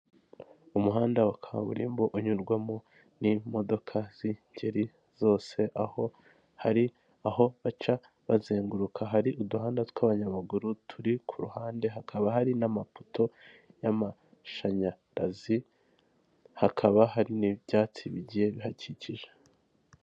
Umuhanda wa kaburimbo unyurwamo n'imodoka z'ingeri zose , aho hari aho baca bazenguruka , hari uduhanda tw'abanyamaguru turi ku ruhande, hakaba hari n'amapoto y'amashanyarazi, hakaba hari n'ibyatsi bigiye bihakikije.